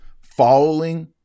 Following